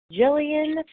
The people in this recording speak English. Jillian